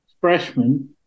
freshmen